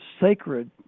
sacred